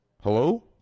Hello